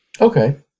Okay